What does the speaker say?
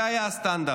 זה היה הסטנדרט.